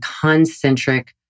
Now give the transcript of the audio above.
concentric